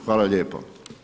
Hvala lijepo.